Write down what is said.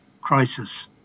crisis